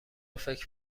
فکر